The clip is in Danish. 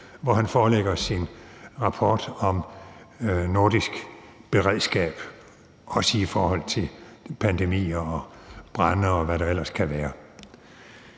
hvor han forelægger os sin rapport om nordisk beredskab, også i forhold til pandemier og brande, og hvad der ellers kan være.